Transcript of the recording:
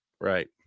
Right